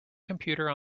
computer